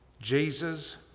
Jesus